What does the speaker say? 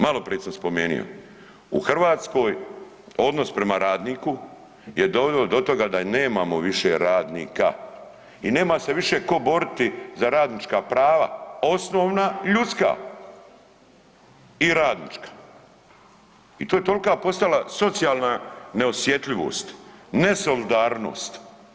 Maloprije sam spomenuo u Hrvatskoj odnos prema radniku je doveo do toga da nemamo više radnika i nema se više ko boriti za radnička prava osnovna ljudska i radnička i to je toliko postala socijalna neosjetljivost, nesolidarnost.